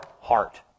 heart